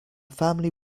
family